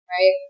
Right